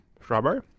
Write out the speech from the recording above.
Strawberry